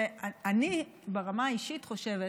ואני ברמה האישית חושבת